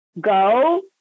go